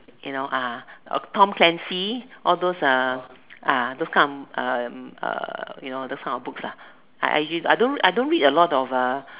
you know ah Tom-Clancy all those uh uh those kind um uh you know those kind of books lah I don't I don't read a lot of uh